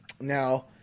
now